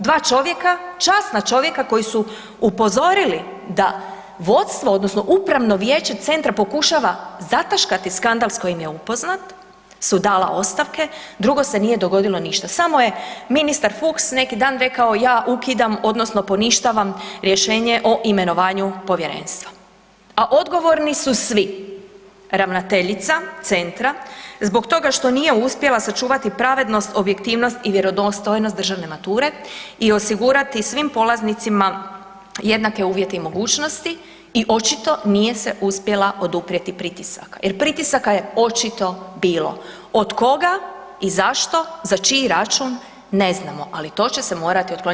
Dva čovjeka, časna čovjeka koji su upozorili da vodstvo odnosno Upravno vijeće centra pokušava zataškati skandal s kojim je upoznat, su dala ostavke, drugo se nije dogodilo ništa, samo je ministar Fuchs neki dan rekao ja ukidam odnosno poništavam Rješenje o imenovanju povjerenstva, a odgovorni su svi, ravnateljica centra zbog toga što nije uspjela sačuvati pravednost, objektivnost i vjerodostojnost državne mature i osigurati svim polaznicima jednake uvjete i mogućnosti i očito nije se uspjela oduprijeti pritisaka jer pritisaka je očito bilo, od koga i zašto i za čiji račun ne znamo, ali to će se morati otklonit.